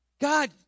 God